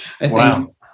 Wow